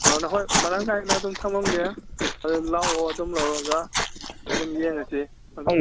ꯑꯥ ꯅꯈꯣꯏ ꯃꯔꯥꯡ ꯀꯥꯏꯅ ꯑꯗꯨꯝ ꯊꯝꯂꯝꯒꯦ ꯑꯗꯨꯝ ꯂꯥꯛꯑꯣ ꯑꯗꯨꯝ ꯂꯧꯔꯒ ꯑꯗꯨꯝ ꯌꯦꯡꯉꯁꯤ ꯑꯗꯣ